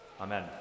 Amen